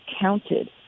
counted